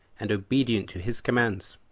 and obedient to his commands,